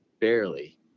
Barely